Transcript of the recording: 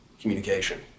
communication